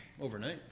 overnight